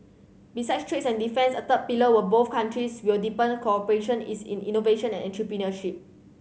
besides trades and defence a third pillar were both countries will deepen cooperation is in innovation and entrepreneurship